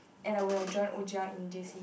and I would have joined O_G_L in J_C